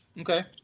okay